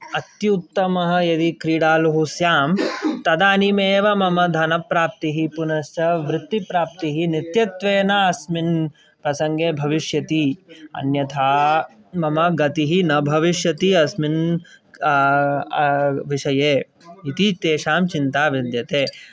अत्युत्तमः यदि क्रीडालुः स्याम् तदानीम् एव मम धनप्राप्तिः पुनश्च वृत्तिप्राप्तिः नित्यत्वेन अस्मिन् प्रसङ्गे भविष्यति अन्यथा मम गतिः न भविष्यति अस्मिन् विषये इति तेषां चिन्ता विद्यते